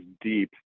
deep